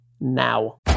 Now